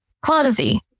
clumsy